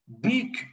big